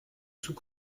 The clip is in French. sous